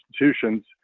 institutions